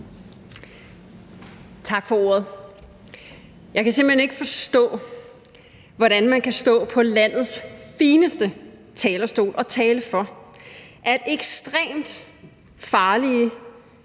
Tak for ordet. Jeg kan simpelt hen ikke forstå, hvordan man kan stå på landets fineste talerstol og tale for, at ekstremt farlige